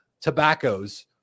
tobaccos